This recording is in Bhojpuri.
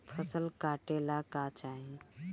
फसल काटेला का चाही?